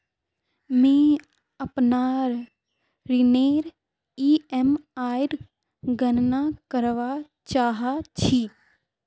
मि अपनार ऋणनेर ईएमआईर गणना करवा चहा छी